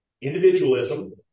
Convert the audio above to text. Individualism